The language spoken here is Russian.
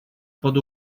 под